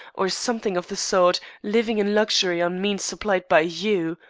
or something of the sort, living in luxury on means supplied by you!